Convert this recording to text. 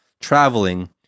traveling